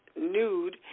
nude